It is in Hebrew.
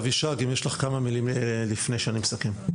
אבישג, יש לך כמה מילים לומר לפני שאני מסכם.